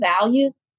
values